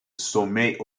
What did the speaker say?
sommet